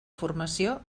formació